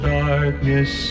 darkness